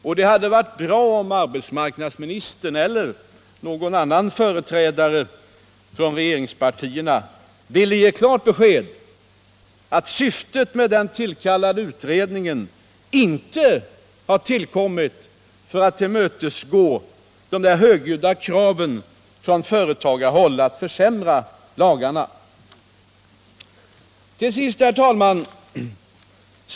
Och det vore bra om arbetsmarknadsministern eller någon annan företrädare för regeringspartierna där ville ge besked och klart säga ut att den tillkallade utredningen inte har kommit till för att tillmötesgå de högljudda krav på att försämra lagarna som har framförts från företagarhåll. Herr talman!